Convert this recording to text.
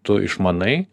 tu išmanai